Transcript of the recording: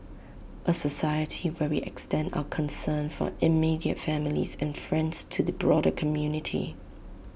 A society where we extend our concern for immediate families and friends to the broader community